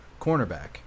cornerback